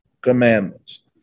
commandments